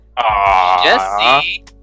Jesse